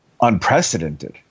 unprecedented